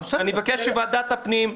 ואני מבקש שוועדת הפנים,